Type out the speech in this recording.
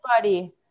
buddy